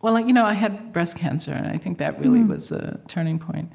well, like you know i had breast cancer, and i think that really was a turning point.